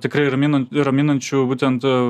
tikrai raminant raminančių būtent